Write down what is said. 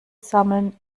sammeln